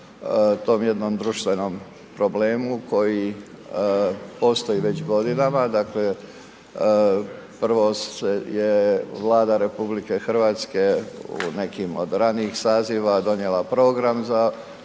tom jednom društvenom problemu koji postoji već godinama. Dakle, prvo je Vlada RH u nekim od ranijih saziva donijela program za